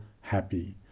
happy